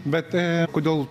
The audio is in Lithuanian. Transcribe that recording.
bet kodėl